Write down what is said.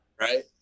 Right